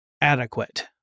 adequate